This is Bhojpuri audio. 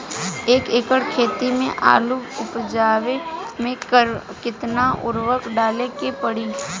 एक एकड़ खेत मे आलू उपजावे मे केतना उर्वरक डाले के पड़ी?